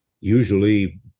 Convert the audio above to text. usually